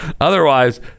Otherwise